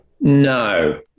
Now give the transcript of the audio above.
No